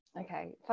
Okay